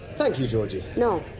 thank you georgie! you know